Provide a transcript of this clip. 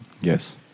Yes